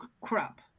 crap